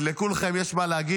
כי לכולכם יש מה להגיד.